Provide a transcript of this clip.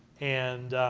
and